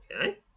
okay